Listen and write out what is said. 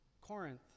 Corinth